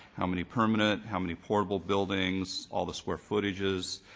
how many permanent, how many portable buildings, all the square footages,